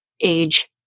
age